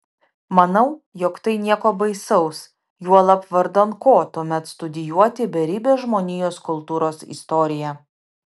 manau jog tai nieko baisaus juolab vardan ko tuomet studijuoti beribę žmonijos kultūros istoriją